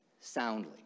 soundly